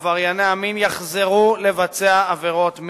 עברייני המין יחזרו לבצע עבירות מין.